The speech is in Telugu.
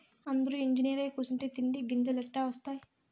అందురూ ఇంజనీరై కూసుంటే తిండి గింజలెట్టా ఒస్తాయి